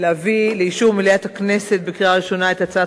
להביא לאישור מליאת הכנסת בקריאה ראשונה את הצעת